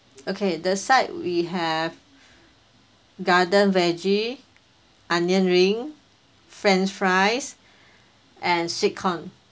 okay the side we have garden veggie onion ring french fries and sweet corn